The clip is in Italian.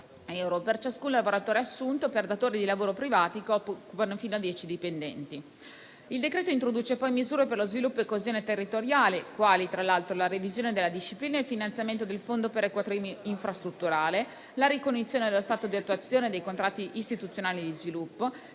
per ciascun lavoratore assunto, per datori di lavoro privati che occupano fino a dieci dipendenti. Il decreto introduce poi misure per lo sviluppo e coesione territoriale, quali, tra l'altro, la revisione della disciplina e il finanziamento del Fondo perequativo infrastrutturale; la ricognizione dello stato di attuazione dei contratti istituzionali di sviluppo;